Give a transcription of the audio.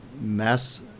Mess